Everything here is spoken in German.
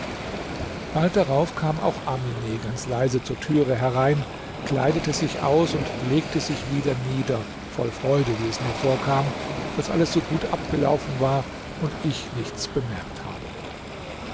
bald darauf kam auch amine ganz leise zur türe herein kleidete sich aus und legte sich wieder nieder voll freude wie es mir vorkam daß alles so gut abgelaufen war und ich nichts bemerkt habe